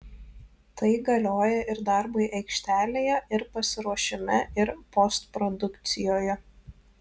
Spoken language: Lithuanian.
tai galioja ir darbui aikštelėje ir pasiruošime ir postprodukcijoje